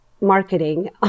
marketing